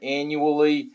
annually